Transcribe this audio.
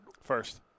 First